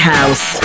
House